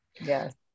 Yes